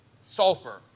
sulfur